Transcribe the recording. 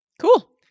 Cool